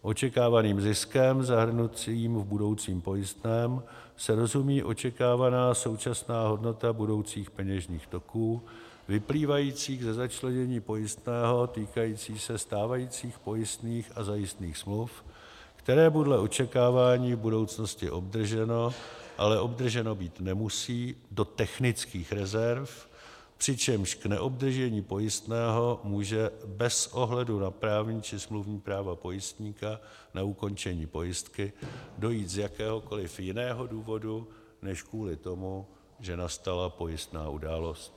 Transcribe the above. Očekávaným ziskem zahrnujícím v budoucím pojistném se rozumí očekávaná současná hodnota budoucích peněžních toků vyplývajících ze začlenění pojistného týkajícího se stávajících pojistných a zajistných smluv, které podle očekávání v budoucnosti obdrženo, ale obdrženo být nemusí, do technických rezerv, přičemž k neobdržení pojistného může bez ohledu na právní či smluvní práva pojistníka na ukončení pojistky dojít z jakéhokoliv jiného důvodu než kvůli tomu, že nastala pojistná událost.